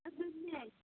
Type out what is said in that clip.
ꯑꯗꯨꯅꯦ